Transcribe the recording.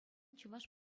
чӑваш